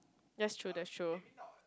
that's true that's true